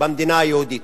במדינה היהודית,